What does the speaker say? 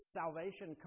salvation